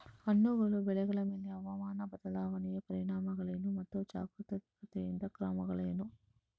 ಹಣ್ಣು ಬೆಳೆಗಳ ಮೇಲೆ ಹವಾಮಾನ ಬದಲಾವಣೆಯ ಪರಿಣಾಮಗಳೇನು ಮತ್ತು ಜಾಗರೂಕತೆಯಿಂದ ಕ್ರಮಗಳೇನು?